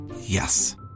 Yes